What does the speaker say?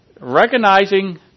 Recognizing